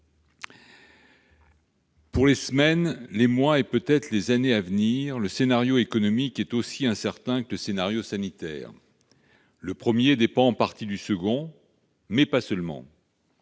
pour les semaines, les mois et peut-être les années à venir, est aussi incertain que le scénario sanitaire. Le premier dépend en partie du second, mais pas seulement,